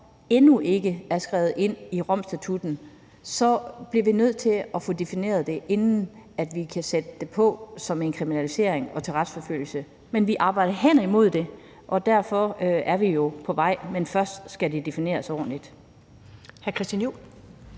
endnu ikke er skrevet ind i Romstatutten, så bliver vi nødt til at få defineret det, inden vi kan sætte det på som en kriminalisering og til retsforfølgelse. Men vi arbejder hen imod det, og derfor er vi jo på vej. Men først skal det defineres ordentligt.